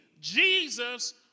Jesus